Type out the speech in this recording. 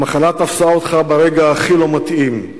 המחלה תפסה אותך ברגע הכי לא מתאים,